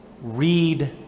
read